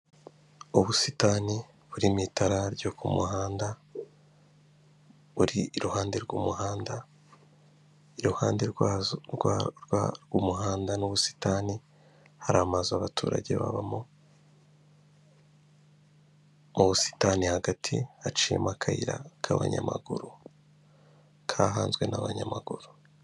Ubusitani burimo itara ryo ku muhanda, buri iruhande rw'umuhanda, iruhande rw'umuhanda n'ubusitani hari amazu abaturage babamo, mu busitani hagati haciyemo akayira k'abanyamaguru kahanzwe n'abanyamaguru.